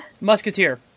Musketeer